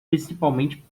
principalmente